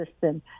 system